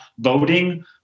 voting